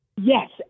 Yes